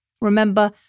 Remember